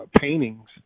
paintings